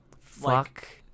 Fuck